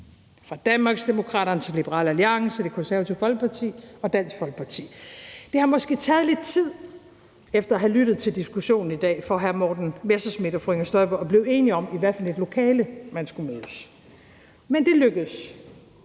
fra Danmarksdemokraterne til Liberal Alliance, Det Konservative Folkeparti og Dansk Folkeparti. Det har måske taget lidt tid efter at have lyttet til diskussionen i dag for hr. Morten Messerschmidt og fru Inger Støjberg at blive enige om, i hvert fald i hvilket lokale man skulle mødes. Men det lykkedes.